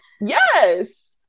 Yes